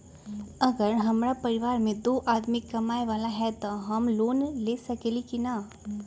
अगर हमरा परिवार में दो आदमी कमाये वाला है त हम लोन ले सकेली की न?